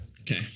Okay